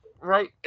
right